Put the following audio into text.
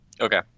Okay